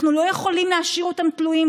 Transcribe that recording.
אנחנו לא יכולים להשאיר אותם תלויים,